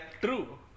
True